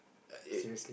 I ate